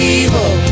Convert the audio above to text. evil